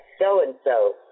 so-and-so